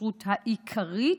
ההתקשרות העיקרית,